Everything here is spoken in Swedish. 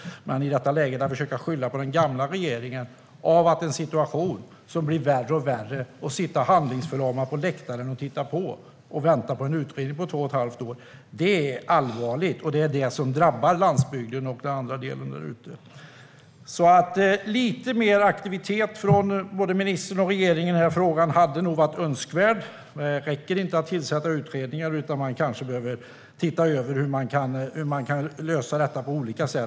Men att i detta läge försöka skylla på den gamla regeringen för en situation som blir värre och värre, att sitta handlingsförlamad på läktaren och titta på och vänta på en utredning i två och ett halvt år - det är allvarligt. Det är detta som drabbar landsbygden och den andra delen där ute. Lite mer aktivitet från både ministern och regeringen i den här frågan hade varit önskvärt. Det räcker inte att tillsätta utredningar, utan man kanske behöver se över hur man kan lösa detta på olika sätt.